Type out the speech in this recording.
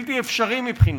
בלתי אפשרי מבחינתכם.